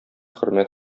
хөрмәт